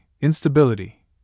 instability